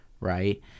right